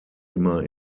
immer